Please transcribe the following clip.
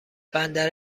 بندر